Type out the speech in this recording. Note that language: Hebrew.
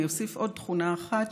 אני אוסיף עוד תכונה אחת,